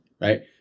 Right